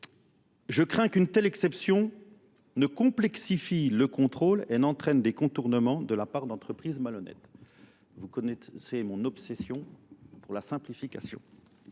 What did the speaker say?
Je crains qu'une telle exception ne complexifie le contrôle et n'entraîne des contournements de la part d'entreprises malhonnêtes. Vous connaissez mon obsession pour la simplification.